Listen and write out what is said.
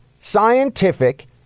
scientific